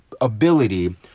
ability